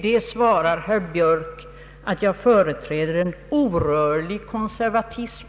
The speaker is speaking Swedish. Då svarar herr Björk att jag företräder en orörlig konservatism.